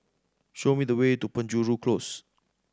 show me the way to Penjuru Close